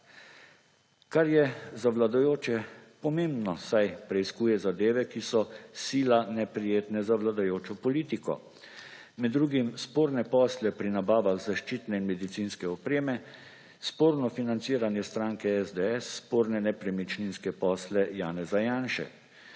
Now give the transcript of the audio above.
kar je za vladajoče pomembno, saj preiskuje zadeve, ki so sila neprijetne za vladajočo politiko. Med drugim sporne posle pri nabavah zaščitne in medicinske opreme, sporno financiranje stranke SDS, sporne nepremičninske posle Janeza Janše.